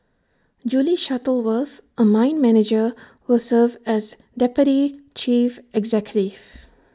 Julie Shuttleworth A mine manager will serve as deputy chief executive